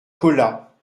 colas